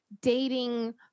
dating